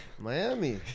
Miami